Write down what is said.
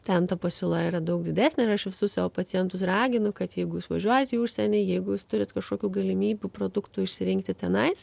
ten ta pasiūla yra daug didesnė ir aš visus savo pacientus raginu kad jeigu jūs važiuojat į užsienį jeigu jūs turit kažkokių galimybių produktų išsirinkti tenais